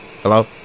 Hello